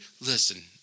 listen